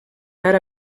tard